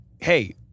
hey